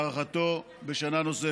כלומר, את ההארכה בשנה נוספת.